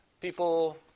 People